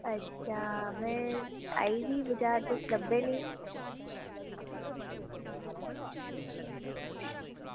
आं में आई दी ही बजार ते तुस लब्भे निं